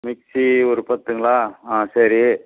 mixie ஒரு பத்துங்களா ஆ சரி